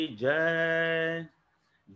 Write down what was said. jai